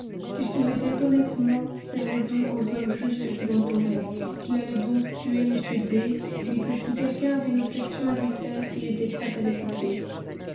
qu'il soumettait honnêtement ses raisons aux hommes justes qui l'entouraient qu'il allait donc tuer m d mais que si quelqu'un avait une objection à lui faire il était prêt à l'écouter